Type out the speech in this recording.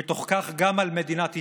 ובתוך כך גם על מדינת ישראל,